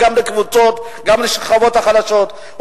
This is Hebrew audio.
גם לקבוצות וגם לשכבות החלשות.